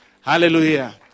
Hallelujah